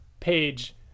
page